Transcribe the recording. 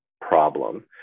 problem